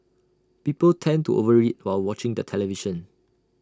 people tend to over eat while watching the television